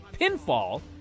pinfall